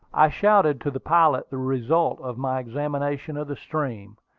i shouted to the pilot the result of my examination of the stream,